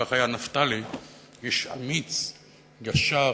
כך היה נפתלי, איש אמיץ, ישר,